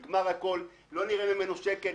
נגמר הכול ולא נראה ממנו שקל,